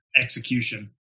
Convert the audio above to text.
Execution